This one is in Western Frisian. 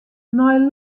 nei